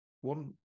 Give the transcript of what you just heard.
One